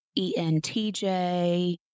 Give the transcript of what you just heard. ENTJ